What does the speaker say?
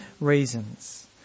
reasons